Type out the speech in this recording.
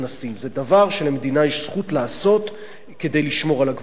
וזה דבר שלמדינה יש זכות לעשות כדי לשמור על הגבולות שלה,